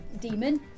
demon